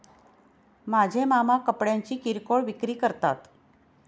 माझे मामा कपड्यांची किरकोळ विक्री करतात